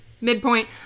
midpoint